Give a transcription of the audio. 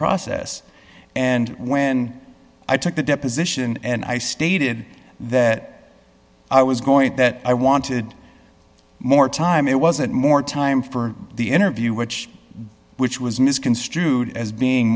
process and when i took the deposition and i stated that i was going that i wanted more time it wasn't more time for the interview which which was misconstrued as being